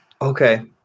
Okay